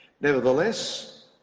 nevertheless